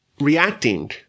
reacting